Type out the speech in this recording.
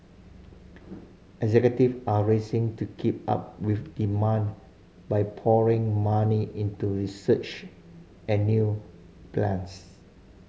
executive are racing to keep up with demand by pouring money into research and new plants